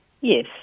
Yes